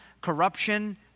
corruption